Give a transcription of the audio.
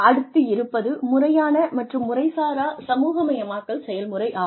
அடுத்து இருப்பது முறையான மற்றும் முறைசாரா சமூகமயமாக்கல் செயல்முறை ஆகும்